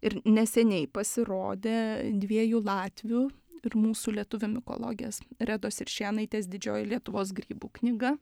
ir neseniai pasirodė dviejų latvių ir mūsų lietuvių mikologės redos iršėnaitės didžioji lietuvos grybų knyga